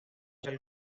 allí